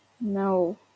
No